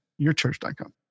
yourchurch.com